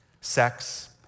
sex